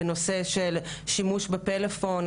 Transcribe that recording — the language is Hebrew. בנושא של שימוש בפלאפון,